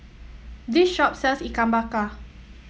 this shop sells Ikan Bakar